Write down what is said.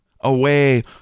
away